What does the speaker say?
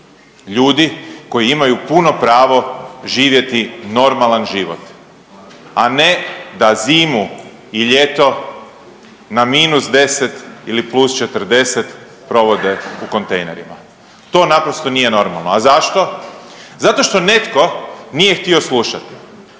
Ljudi koji imaju puno pravo živjeti normalan život, a ne da zimu i ljeto na minus 10 ili plus 40 provode u kontejnerima. To naprosto nije normalno. A zašto? Zato što netko nije htio slušati,